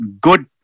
good